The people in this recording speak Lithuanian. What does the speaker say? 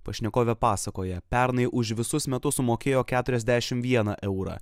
pašnekovė pasakoja pernai už visus metus sumokėjo keturiasdešim vieną eurą